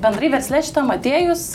bendrai versle šitam atėjus